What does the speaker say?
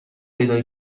پیدا